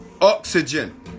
oxygen